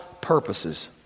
purposes